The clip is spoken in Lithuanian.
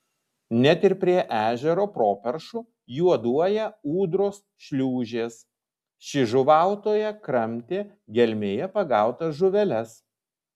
net ir prie ežero properšų juoduoja ūdros šliūžės ši žuvautoja kramtė gelmėje pagautas žuveles